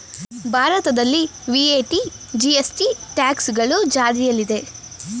ಭಾರತದಲ್ಲಿ VAT, GST, tax ಗಳು ಜಾರಿಯಲ್ಲಿದೆ